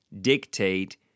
dictate